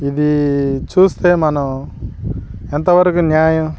ఇది చూస్తే మనం ఎంతవరకు న్యాయం